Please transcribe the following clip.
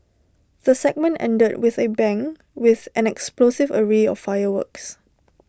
the segment ended with A bang with an explosive array of fireworks